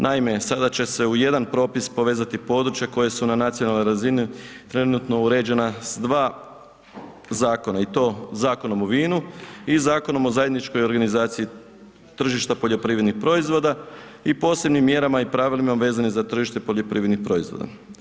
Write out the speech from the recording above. Naime, sada će se u jedan propis povezati područja koja su na nacionalnoj razini trenutno uređena s dva zakona i to Zakonom o vinu i Zakonom o zajedničkoj organizaciji tržišta poljoprivrednih proizvoda i posebnim mjerama i pravilima vezani za tržište poljoprivrednih proizvoda.